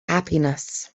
happiness